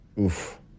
oof